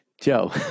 Joe